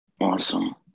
Awesome